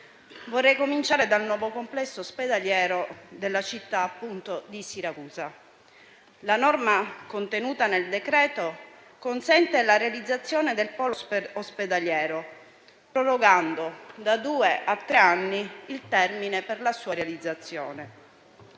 Vorrei cominciare dal nuovo complesso ospedaliero della città di Siracusa. La norma contenuta nel decreto consente la realizzazione del polo ospedaliero, prorogando da due a tre anni il termine per la sua realizzazione.